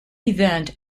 event